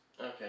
Okay